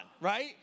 right